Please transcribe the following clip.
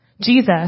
Jesus